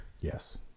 Yes